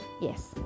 yes